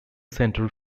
center